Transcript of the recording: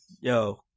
Yo